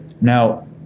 Now